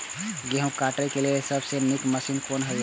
गेहूँ काटय के लेल सबसे नीक मशीन कोन हय?